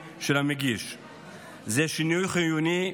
זה שינוי חיוני,